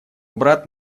брат